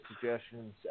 suggestions